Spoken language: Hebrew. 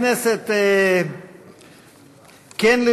נעבור להצעות לסדר-היום מס' 3698,